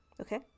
Okay